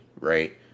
Right